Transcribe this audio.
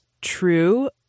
true